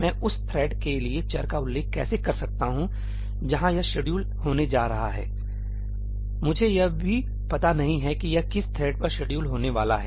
मैं उस थ्रेड के लिए चर का उल्लेख कैसे कर सकता हूं जहां यह शेड्यूल होने जा रहा है मुझे यह भी पता नहीं है कि यह किस थ्रेड पर शेड्यूल होने वाला है